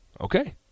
Okay